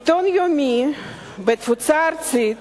עיתון יומי בתפוצה ארצית